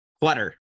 clutter